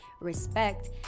respect